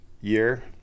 year